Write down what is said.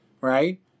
right